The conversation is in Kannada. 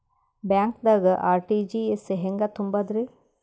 ಬ್ಯಾಂಕ್ದಾಗ ಆರ್.ಟಿ.ಜಿ.ಎಸ್ ಹೆಂಗ್ ತುಂಬಧ್ರಿ?